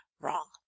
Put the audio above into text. wrong